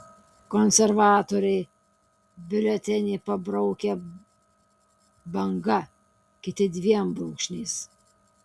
konservatoriai biuletenį pabraukia banga kiti dviem brūkšniais